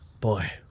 Boy